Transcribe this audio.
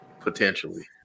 potentially